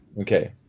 Okay